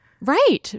Right